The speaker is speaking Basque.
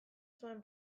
zuen